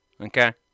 Okay